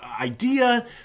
idea